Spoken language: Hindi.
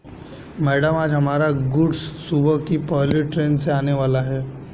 मैडम आज हमारा गुड्स सुबह की पहली ट्रैन से आने वाला है